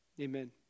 Amen